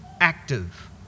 active